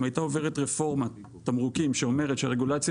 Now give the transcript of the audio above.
אם הייתה עוברת רפורמה תמרוקים שאומרת שרגולציה